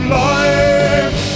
life